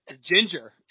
Ginger